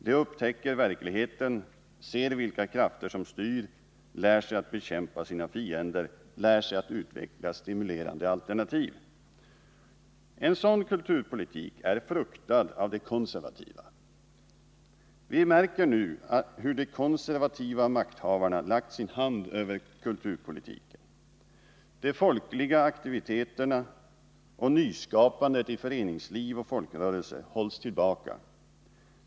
De upptäcker verkligheten, ser vilka krafter som styr, lär sig att bekämpa sina fiender och lär sig att utveckla stimulerande alternativ. En sådan kulturpolitik är fruktad av de konservativa. Vi märker nu hur de konservativa makthavarna lagt sin hand över kulturpolitiken. De folkliga aktiviteterna och nyskapandet i föreningsliv och folkrörelser hålls tillbaka.